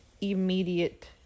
immediate